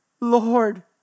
Lord